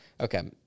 Okay